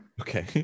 Okay